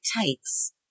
takes